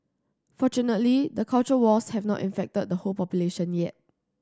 fortunately the culture wars have not infected the whole population yet